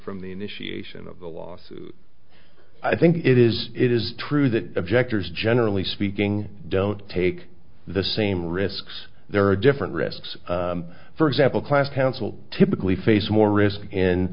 from the initiation last i think it is it is true that objectors generally speaking don't take the same risks there are different risks for example class counsel typically face more risk in